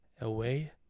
away